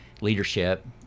leadership